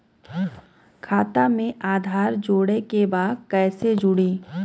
खाता में आधार जोड़े के बा कैसे जुड़ी?